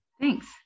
Thanks